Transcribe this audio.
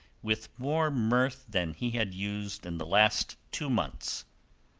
with more mirth than he had used in the last two months.